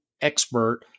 expert